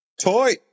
Toy